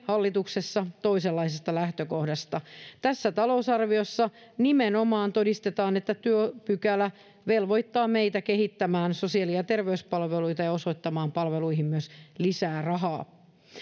hallituksessa toisenlaisesta lähtökohdasta tässä talousarviossa nimenomaan todistetaan että tuo pykälä velvoittaa meitä kehittämään sosiaali ja terveyspalveluita ja osoittamaan palveluihin myös lisää rahaa